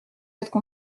lettres